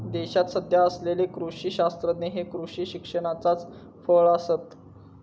देशात सध्या असलेले कृषी शास्त्रज्ञ हे कृषी शिक्षणाचाच फळ आसत